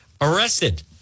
Arrested